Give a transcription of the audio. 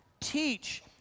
Teach